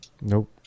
Nope